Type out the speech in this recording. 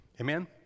Amen